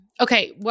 Okay